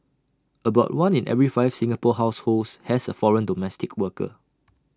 about one in every five Singapore households has A foreign domestic worker